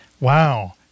Wow